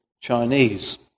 Chinese